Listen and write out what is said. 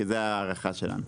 זו ההערכה שלנו.